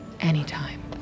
Anytime